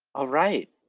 ah right.